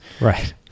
Right